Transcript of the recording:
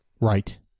Right